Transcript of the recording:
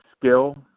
skill